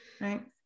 right